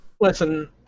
Listen